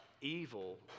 evil